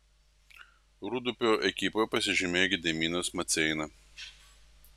rūdupio ekipoje pasižymėjo gediminas maceina